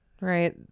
Right